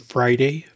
Friday